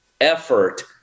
effort